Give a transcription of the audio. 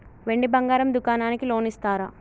వెండి బంగారం దుకాణానికి లోన్ ఇస్తారా?